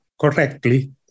correctly